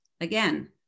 again